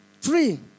Three